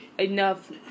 enough